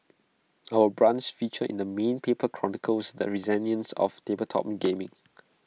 our brunch feature in the main paper chronicles the resilience of tabletop gaming